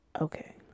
okay